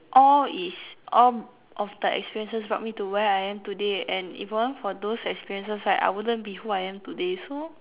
all is all of the experiences brought me to where I am today and if it weren't for those experiences right I wouldn't be who I am today so